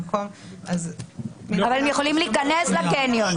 במקום --- אבל הם יכולים להיכנס לקניון.